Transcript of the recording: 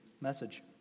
message